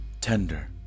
tender